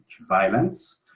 violence